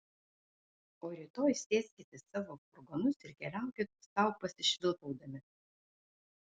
o rytoj sėskit į savo furgonus ir keliaukit sau pasišvilpaudami